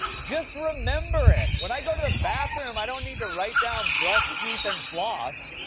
just remember it. when i go to the bathroom, i don't need to write down brush teeth and floss.